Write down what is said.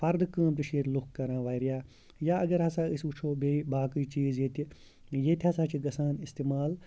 فَردٕ کٲم چھِ ییٚتہِ لُکھ کَران واریاہ یا اگر ہَسا أسۍ وٕچھو بیٚیہِ باقٕے چیٖز ییٚتہِ ییٚتہِ ہَسا چھِ گژھان استعمال